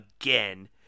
again